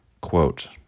Quote